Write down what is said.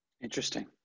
Interesting